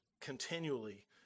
continually